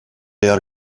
yer